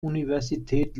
universität